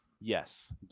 Yes